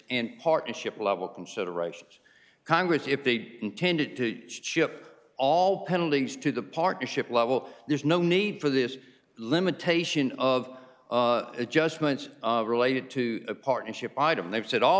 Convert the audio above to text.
and partnership level considerations congress if they intended to ship all penalties to the partnership level there's no need for this limitation of adjustment related to a partnership item they've said all